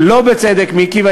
לא בצדק, מיקי.